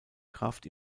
kraft